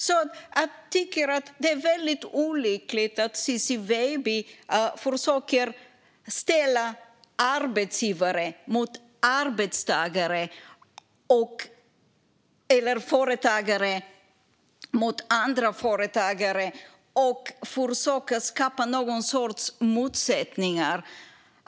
Jag tycker att det är olyckligt att Ciczie Weidby försöker ställa arbetsgivare mot arbetstagare och egenföretagare mot andra företagare och försöker skapa någon sorts motsättningar.